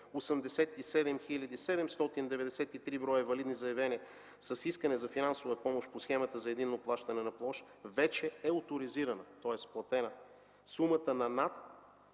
793 броя валидни заявления с искане за финансова помощ по Схемата за единно плащане на площ вече е оторизирана, тоест платена, сумата от над